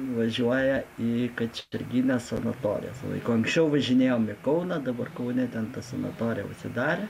važiuoja į kačerginės sanatoriją su vaiku anksčiau važinėjom į kauną dabar kaune ten ta sanatorija užsidarė